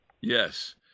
Yes